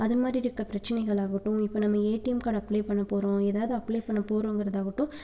அது மாதிரி இருக்க பிரச்சனைகளாகட்டும் இப்போ நம்ம ஏடிஎம் கார்ட் அப்ளை பண்ண போகிறோம் எதாவது அப்ளை பண்ண போகிறோங்கறது ஆகட்டும்